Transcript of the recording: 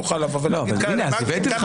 תוכל לבוא ולהגיד, כאן --- הנה, אבל הבאתי לך.